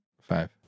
Five